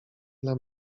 dla